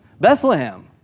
Bethlehem